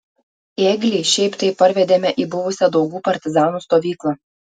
ėglį šiaip taip parvedėme į buvusią daugų partizanų stovyklą